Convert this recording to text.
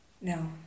No